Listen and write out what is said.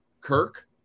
Kirk